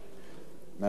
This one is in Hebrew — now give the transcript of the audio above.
נא להצביע בקריאה שלישית.